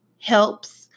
helps